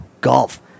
golf